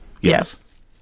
Yes